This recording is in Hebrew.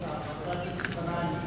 כבוד השר, חבר הכנסת מסעוד גנאים,